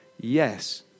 yes